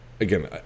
Again